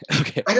Okay